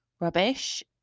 rubbish